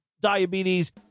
diabetes